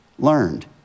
Learned